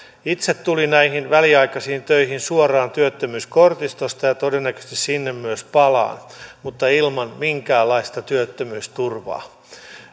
itse tulin näihin väliaikaisiin töihin suoraan työttömyyskortistosta ja todennäköisesti sinne myös palaan mutta ilman minkäänlaista työttömyysturvaa